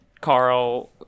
Carl